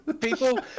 people